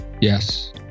Yes